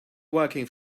working